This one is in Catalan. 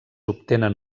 obtenen